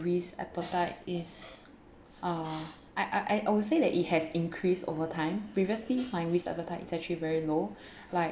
risk appetite is uh I I I would say that it has increased over time previously my risk appetite is actually very low like